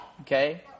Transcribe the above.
okay